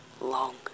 long